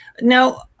Now